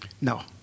No